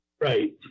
Right